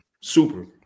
super